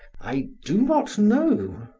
i do not know.